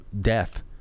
death